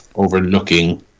overlooking